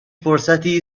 فرصتی